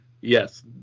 Yes